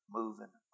moving